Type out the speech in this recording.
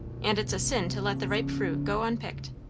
and it's a sin to let the ripe fruit go unpicked.